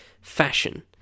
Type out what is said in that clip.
fashion